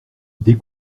des